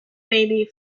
baby